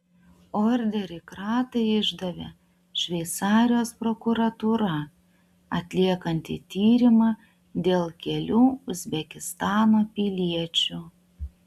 orderį kratai išdavė šveicarijos prokuratūra atliekanti tyrimą dėl kelių uzbekistano piliečių